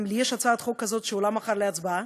גם לי יש הצעת חוק כזאת, שעולה מחר להצבעה,